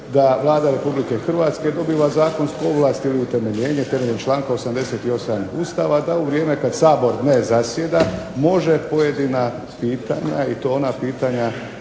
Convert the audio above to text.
da Vlada Republike Hrvatske dobiva zakonsku ovlast ili utemeljenje temeljem članka 88. Ustava da u vrijeme kad Sabor ne zasjeda može pojedina pitanja i to ona pitanja,